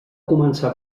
començar